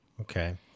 Okay